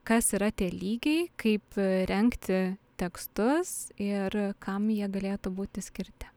kas yra tie lygiai kaip rengti tekstus ir kam jie galėtų būti skirti